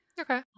Okay